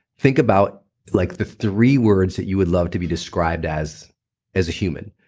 think about like the three words that you would love to be described as as a human.